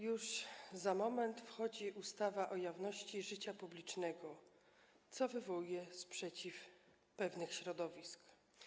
Już za moment wchodzi ustawa o jawności życia publicznego, co wywołuje sprzeciw pewnych środowisk.